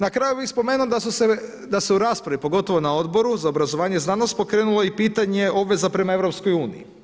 Na kraju bi spomenuo, da su rasprave pogotovo na Odboru za obrazovanje i znanost pokrenulo i pitanje obveza prema EU.